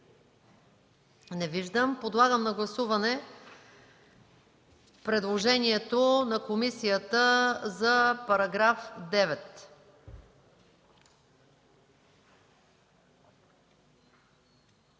Не виждам. Подлагам на гласуване предложението на комисията за § 9.